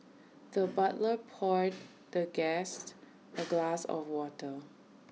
the butler poured the guest A glass of water